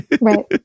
right